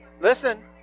Listen